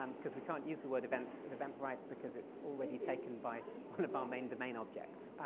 um because we can't use the word events at eventbrite because it's already taken by one of our main domain objects.